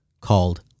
called